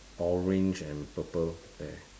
orange and purple bear